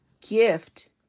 gift